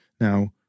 Now